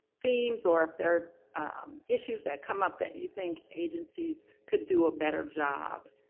themes, or if they're issues that come up, that you think agencies could do a better job,